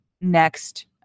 next